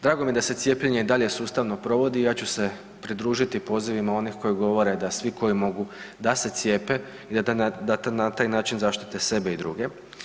Drago mi je da se cijepljenje i dalje sustavno provodi i ja ću se pridružiti pozivima onih koji govore da svi koji mogu da se cijepe jer da na taj način zaštite sebe i druge.